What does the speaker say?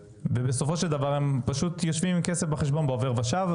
ובסופו של דבר הם פשוט יושבים עם כסף בחשבון בעובר ושב.